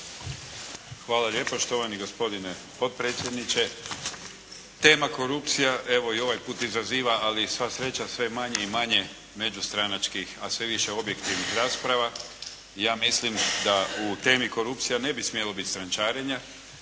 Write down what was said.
Hvala lijepo. Štovani gospodine potpredsjedniče, tema korupcija evo i ovaj put izaziva ali sva sreća sve manje i manje međustranačkih a sve više objektivnih rasprava. I ja mislim da u temi korupcija ne bi smjelo biti strančarenja